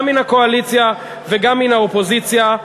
גם מן הקואליציה וגם מן האופוזיציה.